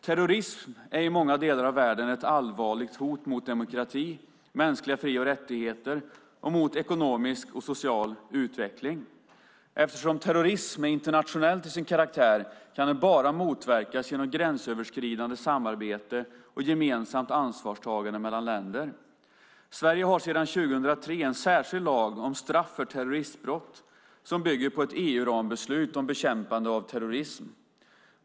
Terrorism är i många delar av världen ett allvarligt hot mot demokrati, mänskliga fri och rättigheter och mot ekonomisk och social utveckling. Eftersom terrorism är internationell till sin karaktär kan den bara motverkas genom gränsöverskridande samarbete och gemensamt ansvarstagande mellan länder. Sverige har sedan 2003 en särskild lag om straff för terroristbrott som bygger på ett EU-rambeslut om bekämpande av terrorism.